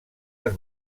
les